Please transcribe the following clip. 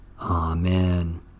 Amen